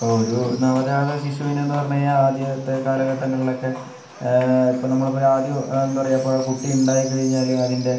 ഇപ്പോൾ ഒരു നവജാത ശിശുവിന് എന്ന് പറഞ്ഞു കഴിഞ്ഞാൽ ആദ്യത്തെ കാലഘട്ടങ്ങളിലൊക്കെ ഇപ്പോൾ നമ്മളിപ്പോൾ ഒരു ആദ്യ എന്താ പറയുക ഇപ്പോൾ കുട്ടി ഉണ്ടായി കഴിഞ്ഞാൽ അതിൻ്റെ